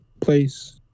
place